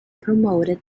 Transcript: promoted